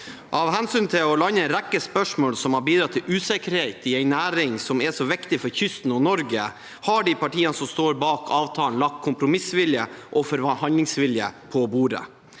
Av hensyn til å lande en rekke spørsmål som har bidratt til usikkerhet i en næring som er så viktig for kysten og Norge, har de partiene som står bak avtalen, lagt kompromissvilje og forhandlingsvilje på bordet.